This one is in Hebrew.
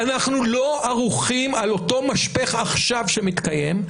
אנחנו לא ערוכים על אותו משפך עכשיו שמתקיים,